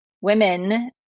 women